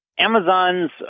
Amazon's